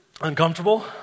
Uncomfortable